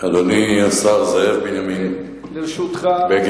אדוני השר זאב בנימין בגין,